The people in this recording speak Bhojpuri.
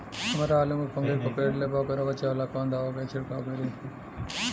हमरा आलू में फंगस पकड़ लेले बा वोकरा बचाव ला कवन दावा के छिरकाव करी?